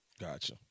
Gotcha